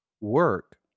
work